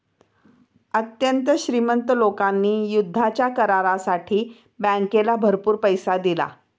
अत्यंत श्रीमंत लोकांनी युद्धाच्या करारासाठी बँकेला भरपूर पैसा दिला